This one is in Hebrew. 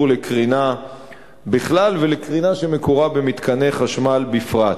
לקרינה בכלל ולקרינה שמקורה במתקני חשמל בפרט.